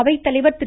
அவைத்தலைவர் திரு